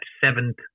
seventh